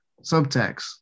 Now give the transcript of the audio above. subtext